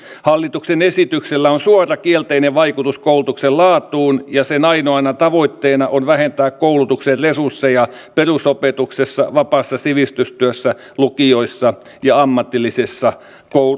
hallituksen esityksellä on suora kielteinen vaikutus koulutuksen laatuun ja sen ainoana tavoitteena on vähentää koulutuksen resursseja perusopetuksessa vapaassa sivistystyössä lukioissa ja ammatillisessa